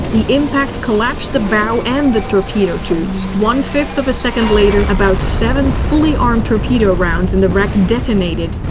the impact collapsed the bow and the torpedo tubes. one-fifth of a second later, about seven fully armed torpedo rounds in the rack detonated.